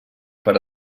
per